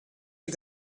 you